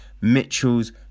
Mitchell's